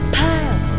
pile